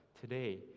today